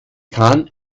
kahn